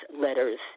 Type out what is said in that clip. letters